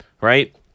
right